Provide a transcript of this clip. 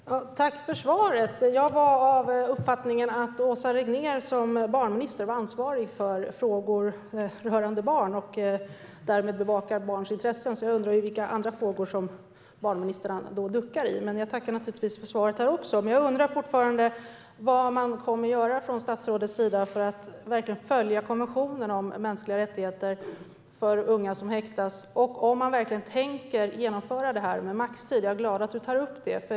Herr talman! Tack för svaret! Jag hade uppfattningen att Åsa Regnér som barnminister var ansvarig för frågor rörande barn och därmed bevakade barns intressen, så jag undrar i vilka andra frågor som barnministern duckar. Men jag tackar naturligtvis för svaret. Järnvägs och kollektivtrafikfrågor Jag undrar fortfarande vad man kommer att göra från statsrådets sida för att verkligen följa konventionen om mänskliga rättigheter för unga som häktas och om man verkligen tänker genomföra detta med maxtid. Jag är glad att du tar upp det.